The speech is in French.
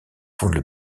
fondent